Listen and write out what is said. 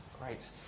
Great